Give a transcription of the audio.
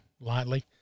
lightly